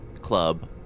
Club